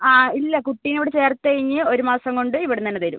ആ ഇല്ല കുട്ടീനെ ഇവിടെ ചേർത്ത് കഴിഞ്ഞാൽ ഒരു മാസം കൊണ്ട് ഇവിടെ നിന്നു തന്നെ തരും